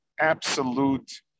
absolute